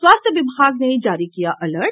स्वास्थ्य विभाग ने जारी किया अलर्ट